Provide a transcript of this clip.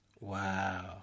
Wow